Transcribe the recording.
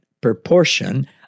proportion